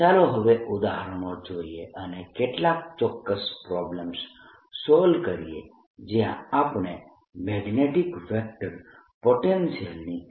ચાલો હવે ઉદાહરણો જોઈએ અને કેટલાક ચોક્કસ પ્રોબ્લમ્સ સોલ્વ કરીએ જ્યાં આપણે મેગ્નેટીક વેક્ટર પોટેન્શિયલની ગણતરી કરીએ